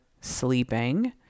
sleeping